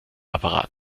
apparat